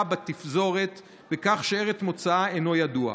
בתפזורת בכך שארץ מוצאה אינו ידוע.